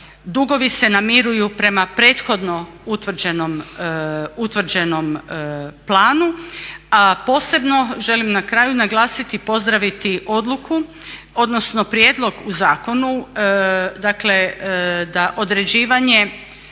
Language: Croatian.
Dugovi se namiruju prema prethodno utvrđenom planu. Posebno želim na kraju naglasiti i pozdraviti odluku, odnosno prijedlog u zakonu dakle da određivanje